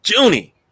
Junie